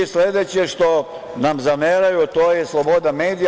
Sledeće što nam zameraju, a to je sloboda medija.